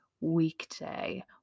weekday